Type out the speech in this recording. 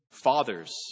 Fathers